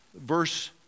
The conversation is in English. Verse